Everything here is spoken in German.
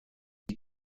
die